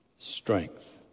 strength